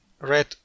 red